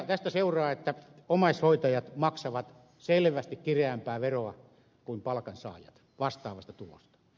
tästä seuraa että omaishoitajat maksavat selvästi kireämpää veroa kuin palkansaajat vastaavasta tulosta